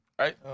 Right